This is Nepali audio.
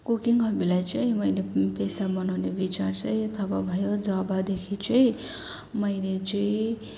कुकिङ हबीलाई चाहिँ मैले पेसा बनाउने विचार चाहिँ तब भयो जबदेखि चाहिँ मैले चाहिँ